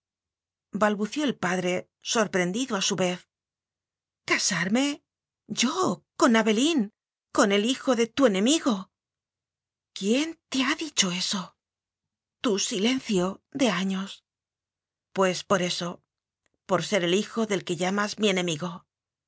balbució el padre sorprendido a su vez casarme yo con abelín con el hijo de tu enemigo quién te ha dicho eso tu silencio de años pues por eso por ser el hijo del que lla mas mi enemigo